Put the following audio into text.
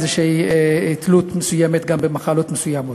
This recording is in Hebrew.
איזושהי תלות מסוימת גם במחלות מסוימות.